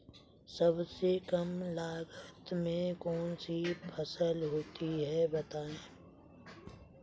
सबसे कम लागत में कौन सी फसल होती है बताएँ?